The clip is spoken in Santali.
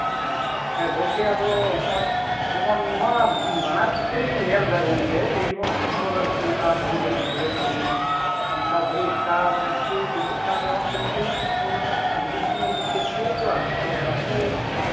ᱦᱮᱸ ᱜᱚᱝᱠᱮ ᱟᱫᱚ ᱱᱚᱜᱼᱚᱭ ᱱᱚᱶᱟ ᱵᱟᱱᱟᱨ ᱠᱷᱮᱛᱨᱮ ᱨᱮᱜᱮᱧ ᱧᱮᱞᱮᱫᱟ ᱜᱚᱝᱠᱮ ᱮᱭ ᱡᱮᱢᱚᱱ ᱯᱷᱩᱴᱵᱷᱞ ᱨᱮᱦᱚᱸ ᱚᱱᱠᱟ ᱵᱷᱟᱹᱞᱤᱼᱵᱷᱟᱹᱞᱤ ᱜᱤᱫᱽᱨᱟᱹ ᱠᱚ ᱡᱮᱢᱚᱱ ᱚᱱᱠᱟ ᱵᱷᱟᱹᱞᱤ ᱥᱴᱟᱨ ᱠᱚ ᱛᱩᱫᱩᱜ ᱠᱟᱱ ᱨᱮᱦᱚᱸ ᱠᱤᱱᱛᱩ ᱚᱱᱟ ᱦᱩᱰᱤᱧ ᱦᱤᱰᱤᱧ ᱨᱮᱠᱚ ᱠᱷᱮᱞ ᱦᱚᱪᱚᱭᱮᱫ ᱠᱚᱣᱟ ᱟᱨ ᱞᱟᱴᱩ